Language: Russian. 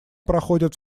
проходят